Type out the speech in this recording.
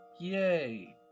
Yay